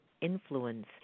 influence